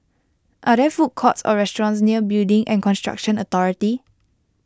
are there food courts or restaurants near Building and Construction Authority